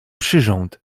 przyrząd